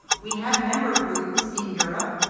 we have member groups in europe,